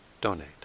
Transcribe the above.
donate